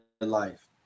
life